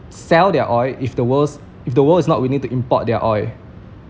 sell their oil if the world's if the world is not willing to import their oil